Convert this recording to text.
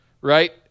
right